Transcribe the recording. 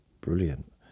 brilliant